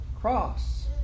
cross